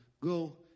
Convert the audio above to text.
Go